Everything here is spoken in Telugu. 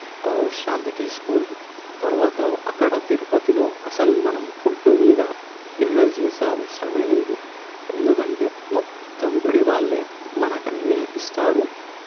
విశ్రాంతి తీసుకుని తర్వాత అక్కడ తిరుపతిలో అసలు మనం ఫుడ్ మీద ఇన్వెస్ట్ చేసే అవసరం లేదు ఎందుకంటే మొత్తం గుడివాళ్ళు మనకు అన్నీ ఇస్తారు